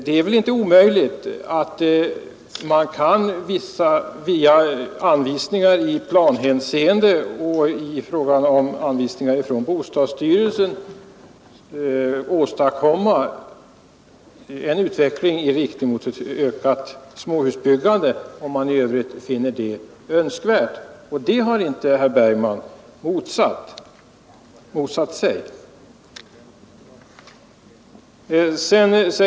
Det är väl inte omöjligt att via anvisningar i planhänseende och anvisningar från bostadsstyrelsen astadkomma en utveckling i riktning mot ett ökat småhusbyggande, om man i övrigt finner det önskvärt, och det har inte herr Bergman motsatt sig.